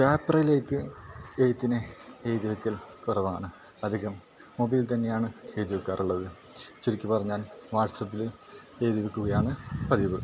പേപ്പറിലേക്ക് എഴുത്തിനെ എഴുതി വയ്ക്കൽ കുറവാണ് അധികം മൊബൈൽ തന്നെയാണ് എഴുതി വയ്ക്കാറുള്ളത് ചുരുക്കി പറഞ്ഞാൽ വാട്സ്പ്പിൽ എഴുതി വയ്ക്കുകയാണ് പതിവ്